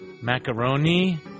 macaroni